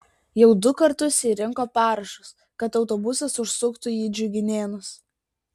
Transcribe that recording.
jau du kartus ji rinko parašus kad autobusas užsuktų į džiuginėnus